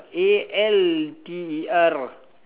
A L T E R